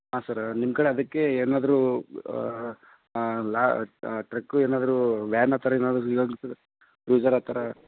ಹಾಂ ಸರ್ ನಿಮ್ಮ ಕಡೆ ಅದಕ್ಕೆ ಏನಾದರು ಲಾ ಟ್ರಕ್ಕು ಏನಾದರು ವ್ಯಾನ್ ಆ ಥರ ಏನಾದರು ಇರೊದಿದ್ರೆ ಕ್ರೂಸರ್ ಆ ಥರ